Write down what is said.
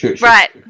Right